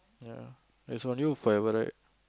ya it's on you forever right